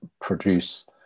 produce